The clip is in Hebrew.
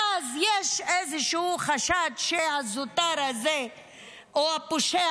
ואז יש איזשהו חשד שהזוטר הזה או הפושע